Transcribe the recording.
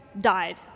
died